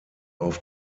auf